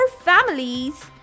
families